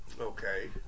Okay